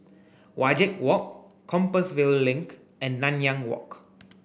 Wajek Walk Compassvale Link and Nanyang Walk